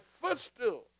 footstool